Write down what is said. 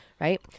Right